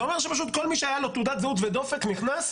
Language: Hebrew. זה אומר שכל מי שהיה לו תעודת זהות ודופק נכנס,